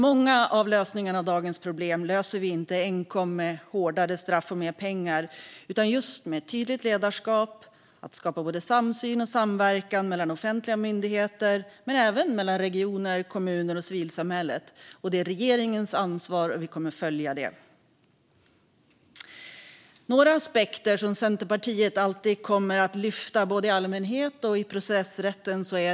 Många av dagens problem löser vi inte enkom med hårdare straff och mer pengar utan just med tydligt ledarskap. Det handlar om att skapa både samsyn och samverkan mellan offentliga myndigheter men även mellan regioner, kommuner och civilsamhället. Det är regeringens ansvar, och vi kommer att följa det. Det finns några aspekter som Centerpartiet alltid kommer att lyfta fram både i allmänhet och i processrätten.